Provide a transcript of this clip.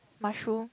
mushroom